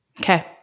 Okay